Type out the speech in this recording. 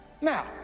Now